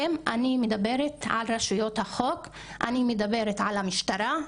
אני מדברת על רשויות החוק, אני מדברת על המשטרה,